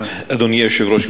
אדוני היושב-ראש,